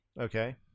Okay